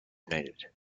united